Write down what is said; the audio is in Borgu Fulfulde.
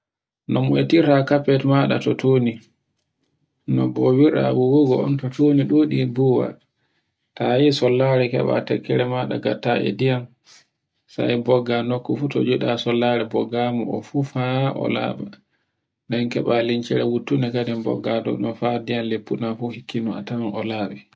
No moytirta carpet maɗa to tuni, no bowirɗa wowugo on, to tundi ɗuɗi buwa. Tayi sollare keɓa tokkere maɗa ngatta e ndiyam, sai mbogga nokku fu joy ɗa sollare boggama o fu ha o laba, nden keɓa wunture liccunde, kadin bogga dow ɗun ha ndiyam lippuɗam hekkenon a tawan o laɓi.